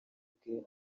ubwe